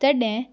तॾहिं